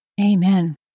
Amen